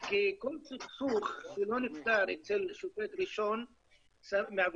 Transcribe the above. כי כל סכסוך שלא נפתר אצל שופט ראשון מעבירים